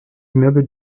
immeubles